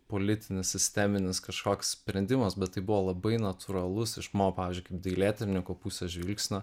politinis sisteminis kažkoks sprendimas bet tai buvo labai natūralus iš mo pavyzdžiui kaip dailėtyrininkų pusės žvilgsnio